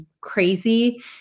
crazy